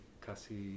casi